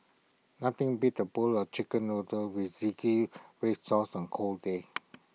nothing beats A bowl of Chicken Noodles with Zingy Red Sauce on A cold day